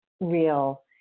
real